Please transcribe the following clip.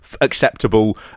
acceptable